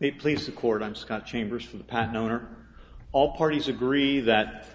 may please the court i'm scott chambers for the past known or all parties agree that